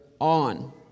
on